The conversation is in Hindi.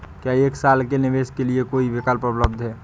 क्या एक साल के निवेश के लिए कोई विकल्प उपलब्ध है?